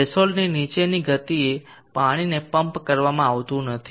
થ્રેશોલ્ડની નીચેની ગતિએ પાણીને પંપ કરવામાં આવતું નથી